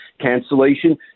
Cancellation